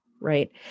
right